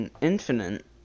infinite